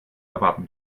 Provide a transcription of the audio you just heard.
erwarten